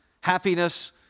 happiness